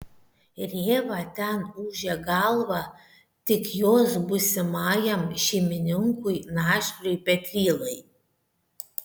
rėva ten ūžė galvą tik jos būsimajam šeimininkui našliui petrylai